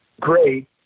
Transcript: great